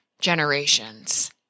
generations